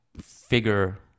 figure